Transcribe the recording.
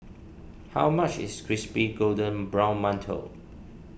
how much is Crispy Golden Brown Mantou